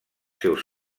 seus